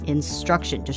Instruction